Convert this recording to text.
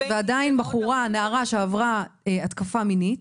ועדיין, נערה שעברה הטרדה מינית,